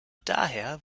daher